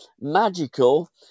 Magical